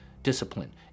discipline